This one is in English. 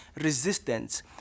resistance